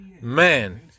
man